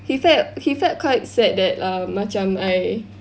he felt quite sad that um macam I